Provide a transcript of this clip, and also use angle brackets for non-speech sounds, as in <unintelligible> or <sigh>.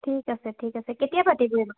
ঠিক আছে ঠিক আছে কেতিয়া পাতি <unintelligible>